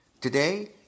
Today